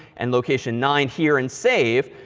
and location nine here and save.